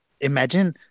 imagine